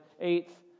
eighth